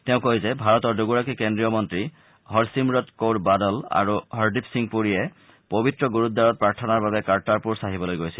তেওঁ কয় যে ভাৰতৰ দুগৰাকী কেন্দ্ৰীয় মন্ত্ৰী হৰছিমৰৎ কৌৰবাদল আৰু হৰদীপ সিং পুৰীয়ে পৱিত্ৰ গুৰুদ্বাৰত প্ৰাৰ্থনাৰ বাবে কাৰ্টাৰপুৰ চাহিবলৈ গৈছিল